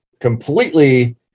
completely